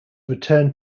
returned